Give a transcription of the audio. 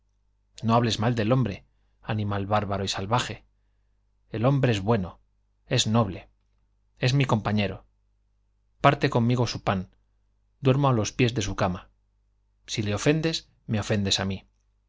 no hables mal del hombre animal bárbaro y salvaje el hombre es bueno es noble es mi compalos de pan duermo á pies su ñero parte conrnigo su ofendes á mí